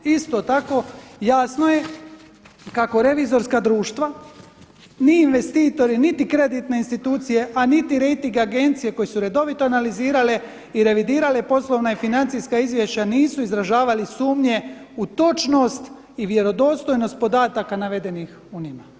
Isto tako jasno je kako revizorska društva ni investitori, niti kreditne institucije a niti rejting agencije koji su redovito analizirale i revidirale poslovna i financijska izvješća nisu izražavali sumnje u točnost i vjerodostojnost podataka navedenih u njima.